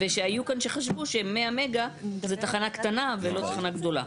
ושהיו כאן שחשבו ש-100 מגה זו תחנה קטנה ולא תחנה גדולה.